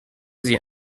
sie